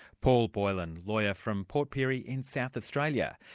paul boylan, lawyer from port pirie in south australia,